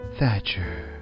Thatcher